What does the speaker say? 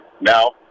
now